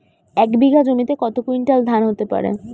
এক বিঘা জমিতে কত কুইন্টাল ধান হতে পারে?